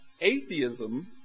atheism